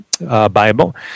Bible